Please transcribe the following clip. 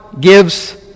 gives